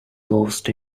lost